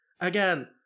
Again